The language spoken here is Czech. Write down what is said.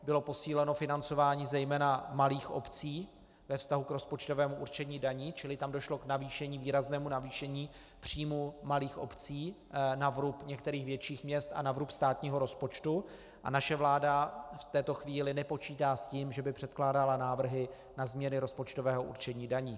Bylo posíleno financování zejména malých obcí ve vztahu k rozpočtovému určení daní, čili tam došlo k výraznému navýšení příjmů malých obcí na vrub některých větších měst a na vrub státního rozpočtu, a naše vláda v této chvíli nepočítá s tím, že by předkládala návrhy na změny rozpočtového určení daní.